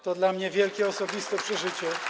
To dla mnie wielkie osobiste przeżycie.